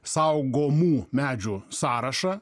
saugomų medžių sąrašą